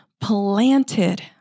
planted